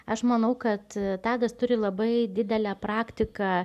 aš manau kad tadas turi labai didelę praktiką